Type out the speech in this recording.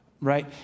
right